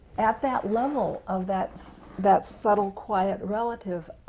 at that level of that that subtle, quiet, relative,